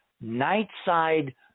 night-side